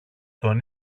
τον